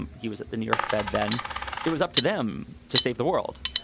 um he was at the new york fed. then it was up to them to save the world.